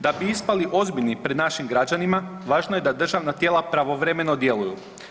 Da bi ispali ozbiljni pred našim građanima važno je da državna tijela pravovremeno djeluju.